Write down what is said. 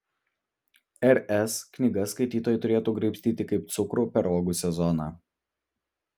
r s knygas skaitytojai turėtų graibstyti kaip cukrų per uogų sezoną